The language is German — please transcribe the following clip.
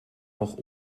auch